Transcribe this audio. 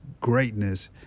greatness